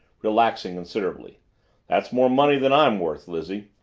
relaxing considerably that's more money than i'm worth, lizzie.